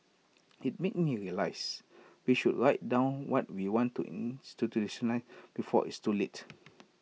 IT made me realise we should write down what we want to before it's too late